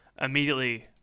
immediately